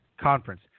Conference